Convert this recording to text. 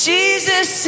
Jesus